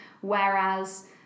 whereas